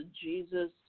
Jesus